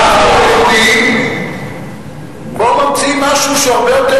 פה ממציאים משהו שהוא הרבה יותר,